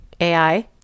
AI